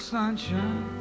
sunshine